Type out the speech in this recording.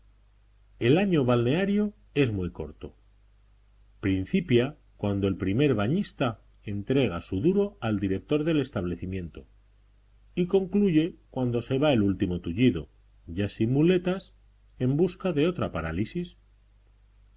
el año balneario es muy corto principia cuando el primer bañista entrega su duro al director del establecimiento y concluye cuando se va el último tullido ya sin muletas en busca de otra parálisis